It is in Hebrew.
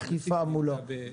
אכיפה מולו.